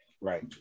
Right